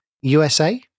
USA